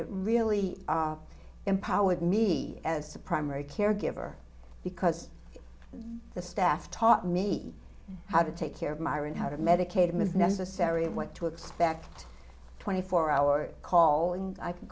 it really empowered me as a primary caregiver because the staff taught me how to take care of myron how to medicate him if necessary and what to expect twenty four hour call and i c